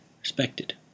respected